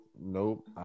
Nope